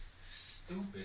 stupid